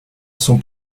son